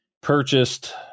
purchased